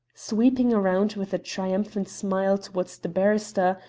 sweeping round with a triumphant smile towards the barrister,